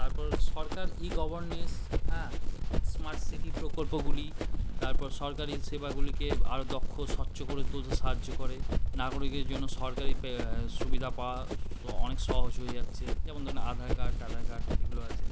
তারপর সরকার e governance হ্যাঁ স্মার্ট সিটি প্রকল্পগুলি তারপর সরকারি সেবাগুলিকে আরও দক্ষ স্বচ্ছ করে তুলতে সাহায্য করে নাগরিকের জন্য সরকারি সুবিধা পাওয়া অনেক সহজ হয়ে যাচ্ছে যেমন ধরেন আধার কার্ড টাধার কার্ড এগুলো আছে